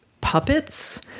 puppets